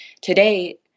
today